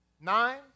nine